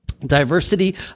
Diversity